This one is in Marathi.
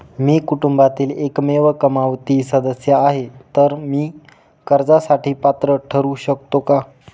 मी कुटुंबातील एकमेव कमावती सदस्य आहे, तर मी कर्जासाठी पात्र ठरु शकतो का?